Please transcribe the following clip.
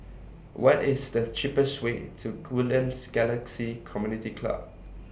What IS The cheapest Way to Woodlands Galaxy Community Club